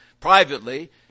privately